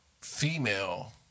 female